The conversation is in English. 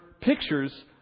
pictures